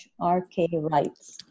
rkwrites